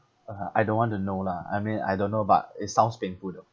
(uh huh) I don't want to know lah I mean I don't know but it sounds painful though